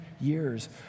years